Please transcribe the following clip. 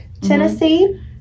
Tennessee